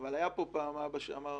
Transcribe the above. אבל היה פעם אבא שאמר